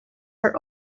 are